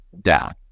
down